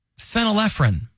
phenylephrine